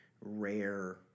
rare